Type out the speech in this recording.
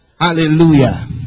Hallelujah